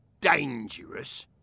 dangerous